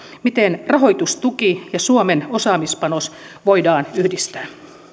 miten rahoitustuki ja suomen osaamispanos voidaan yhdistää